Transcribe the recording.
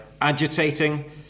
Agitating